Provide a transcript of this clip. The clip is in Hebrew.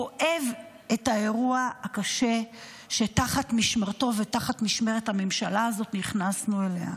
כואב את האירוע הקשה שתחת משמרתו ותחת משמרת הממשלה הזאת שנכנסנו אליה.